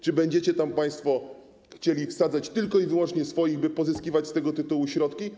Czy będziecie tam państwo chcieli wsadzać tylko i wyłącznie swoich, by pozyskiwać z tego tytułu środki?